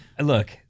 look